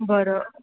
बरं